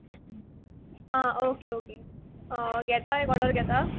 आ okay okay घेता एक order घेता